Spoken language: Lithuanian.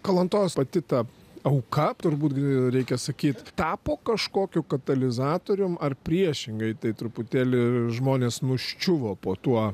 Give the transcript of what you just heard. kalantos pati ta auka turbūt reikia sakyt tapo kažkokiu katalizatorium ar priešingai tai truputėlį žmonės nuščiuvo po tuo